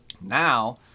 now